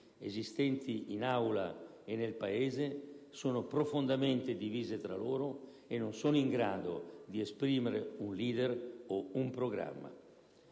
esistenti in Aula e nel Paese sono profondamente divise tra loro e non sono in grado di esprimere un leader o un programma.